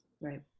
Right